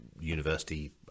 university